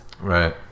Right